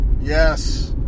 Yes